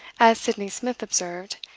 as sydney smith observed,